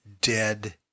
Dead